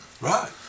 Right